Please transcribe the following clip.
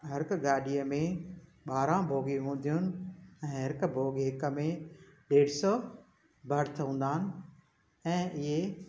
हर हिक गाॾीअ में ॿारहं बोगियूं हूंदियूं आहिनि ऐं हर हिक बोगी हिक में ॾेढ सौ बर्थ हूंदा आहिनि ऐं इहे